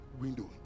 window